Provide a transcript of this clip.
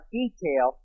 detail